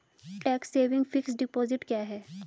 Tax saving fixed deposit क्या है?